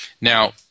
Now